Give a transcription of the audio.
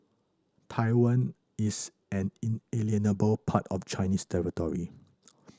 Taiwan is an inalienable part of Chinese territory